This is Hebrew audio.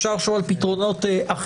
אפשר לחשוב על פתרונות אחרים.